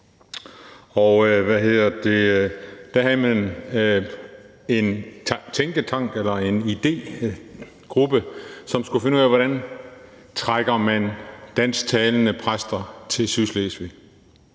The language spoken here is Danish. og der havde man en tænketank eller en idégruppe, som skulle finde ud af, hvordan man trækker dansktalende præster til Sydslesvig.